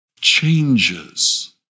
changes